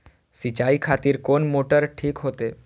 सीचाई खातिर कोन मोटर ठीक होते?